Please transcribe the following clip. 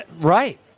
right